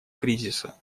кризиса